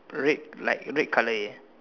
red like red colour eh